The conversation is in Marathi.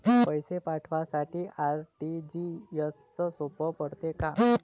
पैसे पाठवासाठी आर.टी.जी.एसचं सोप पडते का?